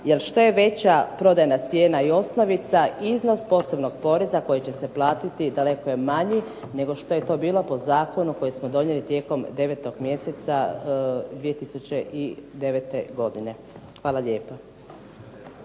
jer što je veća prodajna cijena i osnovica iznos posebnog poreza koji će se platiti daleko je manji nego što je to bilo po zakonu koji smo donijeli tijekom 9. mjeseca 2009. godine. Hvala lijepa.